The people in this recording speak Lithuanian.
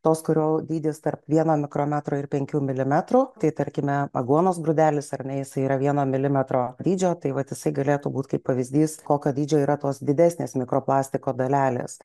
tos kurio dydis tarp vieno mikrometro ir penkių milimetrų tai tarkime aguonos grūdelis ar ne jisai yra vieno milimetro dydžio tai vat jisai galėtų būt kaip pavyzdys kokio dydžio yra tos didesnės mikroplastiko dalelės